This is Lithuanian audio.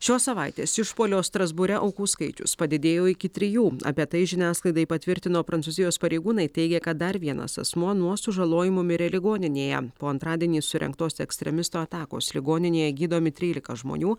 šios savaitės išpuolio strasbūre aukų skaičius padidėjo iki trijų apie tai žiniasklaidai patvirtino prancūzijos pareigūnai teigė kad dar vienas asmuo nuo sužalojimų mirė ligoninėje po antradienį surengtos ekstremisto atakos ligoninėje gydomi trylika žmonių